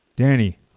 Danny